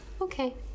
okay